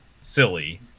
silly